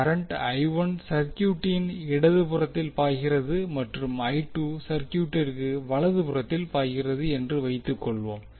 current சர்க்யூட்டின் இடது பகுதியில் பாய்கிறது மற்றும் சர்க்யூட்டிற்கு வலதுபுறத்தில் பாய்கிறது என்று வைத்துக் கொள்வோம்